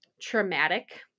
traumatic